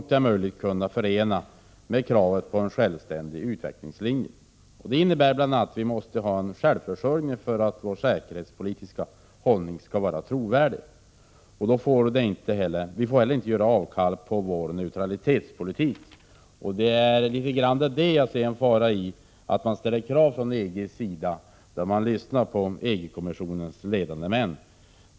Så långt möjligt måste vi förena detta med kravet på en självständig utvecklingslinje. Detta innebär bl.a. att vi måste räkna med självförsörjning. Annars blir inte vår säkerhetspolitiska hållning trovärdig. Vi får inte heller avstå från vår neutralitetspolitik. Här ser jag en fara, eftersom det ställs vissa krav från EG-kommissionens ledande män.